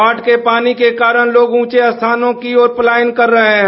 बाढ़ के पानी के करिण लोग ऊंचे स्थानों की ओर पलायन कर रहे हैं